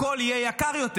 הכול יהיה יקר יותר.